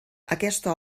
aquesta